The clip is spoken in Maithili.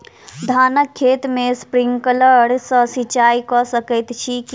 धानक खेत मे स्प्रिंकलर सँ सिंचाईं कऽ सकैत छी की?